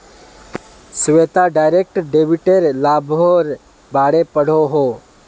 Shweta direct डेबिटेर लाभेर बारे पढ़ोहो